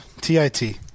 t-i-t